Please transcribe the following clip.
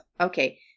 okay